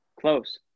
close